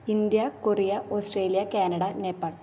India Korea Australia Canada Nepal